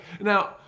Now